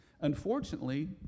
Unfortunately